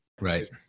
Right